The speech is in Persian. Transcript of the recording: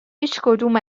هیچکدوم